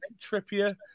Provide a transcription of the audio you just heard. Trippier